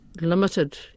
limited